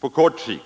På kort sikt,